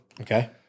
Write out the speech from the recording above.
Okay